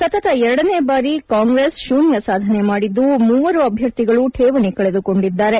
ಸತತ ಎರಡನೇ ಬಾರಿ ಕಾಂಗ್ರೆಸ್ ಶೂನ್ನ ಸಾಧನೆ ಮಾಡಿದ್ದು ಮೂವರು ಅಭ್ಲರ್ಥಿಗಳು ಠೇವಣಿ ಕಳೆದುಕೊಂಡಿದ್ದಾರೆ